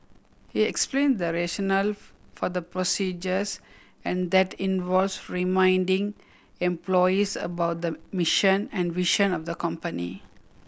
he explains the rationale for the procedures and that involves reminding employees about the mission and vision of the company